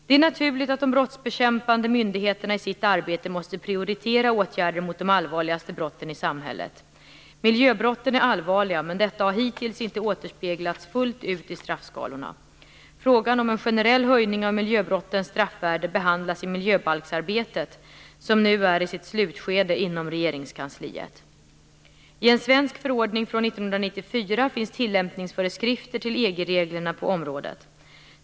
Det är naturligt att de brottsbekämpande myndigheterna i sitt arbete måste prioritera åtgärder mot de allvarligaste brotten i samhället. Miljöbrotten är allvarliga, men detta har hittills inte återspeglats fullt ut i straffskalorna. Frågan om en generell höjning av miljöbrottens straffvärde behandlas i miljöbalksarbetet som nu är i sitt slutskede inom Regeringskansliet. I en svensk förordning från 1994 finns tillämpningsföreskrifter till EG-reglerna på området.